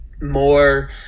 more